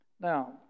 Now